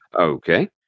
Okay